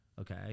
Okay